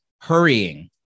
Hurrying